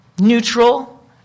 neutral